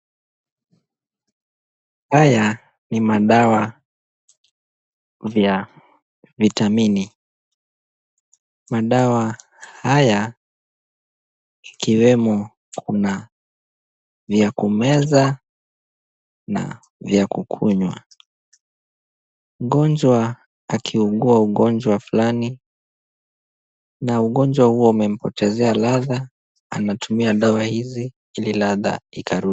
Haya ni madawa vya vitamini. Madawa haya ikiwemo kuna yakumeza na vya kukunywa. Mgonjwa akiugua ugonjwa fulani, na ugonjwa huo umempotezea ladha anatumia dawa hizi ili ladha ikarudi.